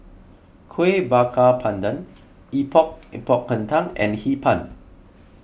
Kuih Bakar Pandan Epok Epok Kentang and Hee Pan